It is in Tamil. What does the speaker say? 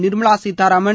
நிர்மலா சீதாராமன்